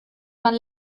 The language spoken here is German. man